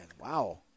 wow